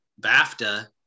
BAFTA